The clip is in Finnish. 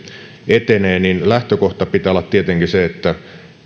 etenee niin lähtökohtana pitää olla tietenkin se että